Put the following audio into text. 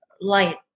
light